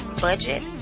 budget